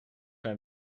naar